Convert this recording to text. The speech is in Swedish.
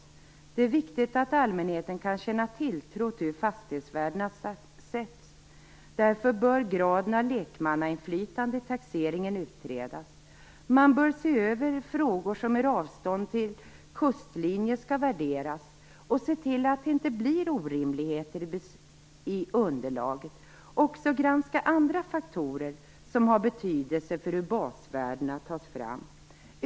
Det är viktigt att allmänheten kan känna tilltro till hur fastighetsvärdena sätts. Därför bör graden av lekmannainflytande i taxeringen utredas. Man bör se över frågor som hur avstånd till kustlinje skall värderas, och se till att det inte bli orimligheter i underlaget. Man skall också granska andra faktorer som har betydelse för hur basvärdena tas fram.